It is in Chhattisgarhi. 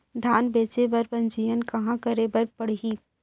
धान बेचे बर पंजीयन कहाँ करे बर पड़ही?